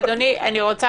אדוני, אני רוצה